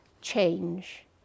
change